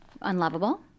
unlovable